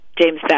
James